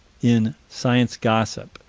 in science gossip,